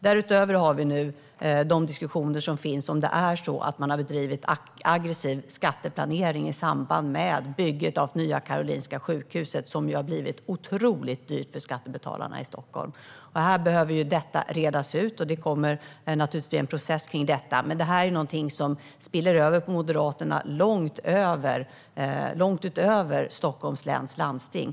Därutöver har vi nu diskussionerna om det är så att man har bedrivit aggressiv skatteplanering i samband med bygget av Nya Karolinska sjukhuset, som ju har blivit otroligt dyrt för skattebetalarna i Stockholm. Detta behöver redas ut, och det kommer naturligtvis att bli en process kring detta. Det här är någonting som spiller över på Moderaterna långt utöver Stockholms läns landsting.